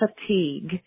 fatigue